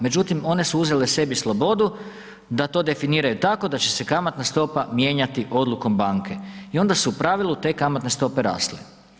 Međutim, one su uzele sebi slobodu da to definiraju tako da će se kamatna stopa mijenjati odlukom banke i onda su u pravilu te kamatne stope rasle.